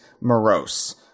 morose